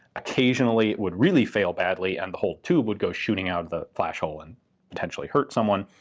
occasionally it would really fail badly and the whole tube would go shooting out the flash hole and potentially hurt someone.